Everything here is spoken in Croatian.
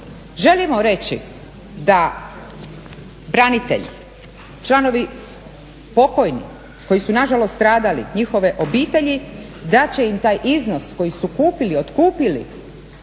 Želimo reći da branitelj, članovi pokojni koji su nažalost stradali, njihove obitelji da će im taj iznos koji su kupili, otkupili